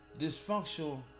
dysfunctional